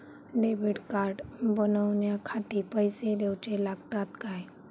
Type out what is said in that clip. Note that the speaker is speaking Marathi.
डेबिट कार्ड बनवण्याखाती पैसे दिऊचे लागतात काय?